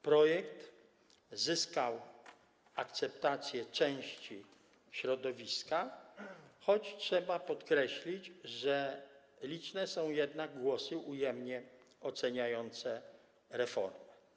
Projekt zyskał akceptację części środowiska, choć trzeba podkreślić, że liczne są jednak głosy ujemnie oceniające reformy.